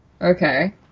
Okay